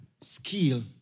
skill